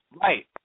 right